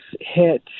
hit